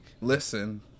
Listen